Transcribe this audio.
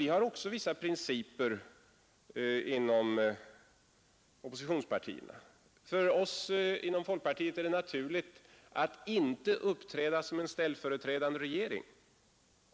Vi har också vissa principer inom oppositionspartierna. För oss inom folkpartiet är det naturligt att inte uppträda som en ställföreträdande regering.